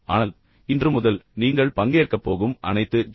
ஆனால் இன்று முதல் நீங்கள் பங்கேற்கப் போகும் அனைத்து ஜி